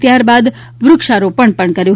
ત્યારબાદ વૃક્ષારોપણ પણ કર્યું હતું